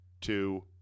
two